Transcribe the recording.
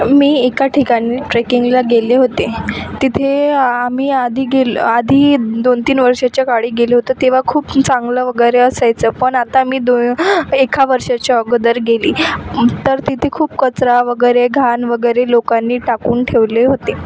मी एका ठिकाणी ट्रेकिंगला गेले होते तिथे आम्ही आधी गेलो आधी दोन तीन वर्षाच्या काळी गेलो होतो तेव्हा खूप चांगलं वगैरे असायचं पण आत्ता मी दो एका वर्षाच्या अगोदर गेली तर तिथे खूप कचरा वगैरे घाण वगैरे लोकांनी टाकून ठेवले होते